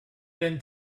been